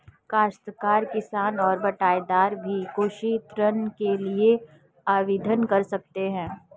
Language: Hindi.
काश्तकार किसान और बटाईदार भी कृषि ऋण के लिए आवेदन कर सकते हैं